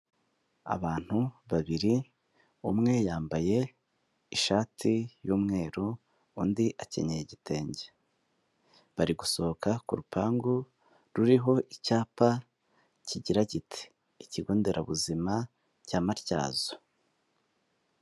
Abantu babiri, umwe yambaye ishati y'umweru, undi akenye igitenge, bari gusohoka ku rupangu ruriho icyapa kigira kiti ikigo nderabuzima cya Matyazo.